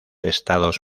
estados